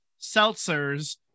seltzers